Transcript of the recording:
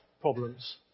problems